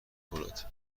کند